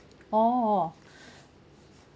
oh